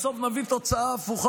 בסוף זה יביא לתוצאה הפוכה,